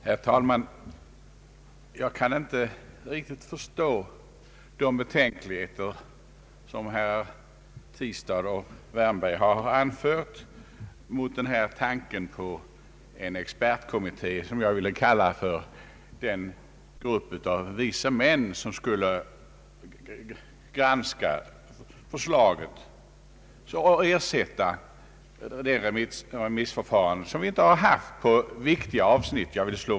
Herr talman! Jag kan inte riktigt förstå de betänkligheter som herrar Tistad och Wärnberg har anfört mot tanken på en expertkommitté, som jag ville kalla för den grupp av vise män, som skulle granska det kommande skatteförslaget och ersätta det uteblivna remissför farandet på viktiga avsnitt.